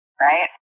right